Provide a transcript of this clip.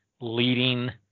leading